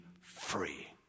free